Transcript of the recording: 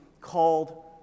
called